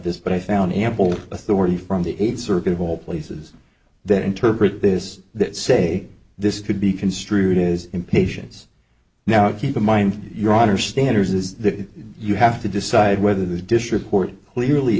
this but i found ample authority from the eighth circuit of all places that interpret this that say this could be construed as impatience now keep in mind your honor standards is that you have to decide whether the dish report clearly